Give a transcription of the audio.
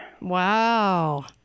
Wow